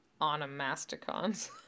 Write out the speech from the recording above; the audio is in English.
onomasticons